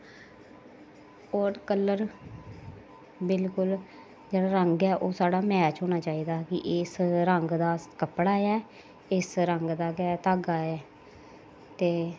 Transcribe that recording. होर कलर बिलकुल जेह्ड़ा रंग ऐ ओह् साढ़ा मैच होना चाहिदा कि इस रंग दा कपड़ा ऐ इस रंग दा गै धागा ऐ ते